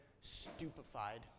stupefied